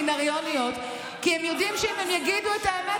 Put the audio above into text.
סמינריוניות כי הם יודעים שאם הם יגידו את האמת,